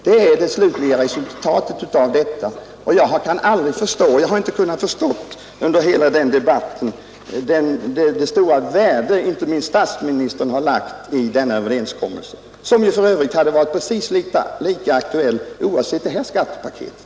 Detta är det slutliga resultatet, och jag har under hela den debatt som förevarit inte kunnat förstå det stora värde statsministern har fäst vid denna överenskommelse, som för övrigt naturligtvis hade varit precis lika aktuell, oavsett det här skattepaketet.